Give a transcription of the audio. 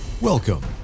Welcome